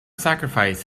sacrifice